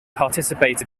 participated